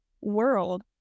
world